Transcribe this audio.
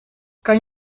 kan